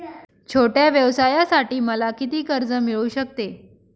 छोट्या व्यवसायासाठी मला किती कर्ज मिळू शकते?